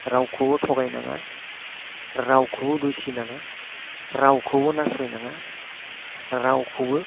रावखौबो थगाय नाङा रावखौबो दुसि नाङा रावखौबो नासय नाङा रावखौबो